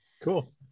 Cool